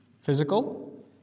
Physical